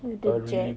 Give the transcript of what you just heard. with the jet